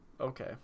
Okay